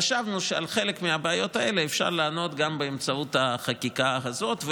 חשבנו שעל חלק מהבעיות האלה אפשר לענות גם באמצעות החקיקה הזאת,